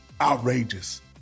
outrageous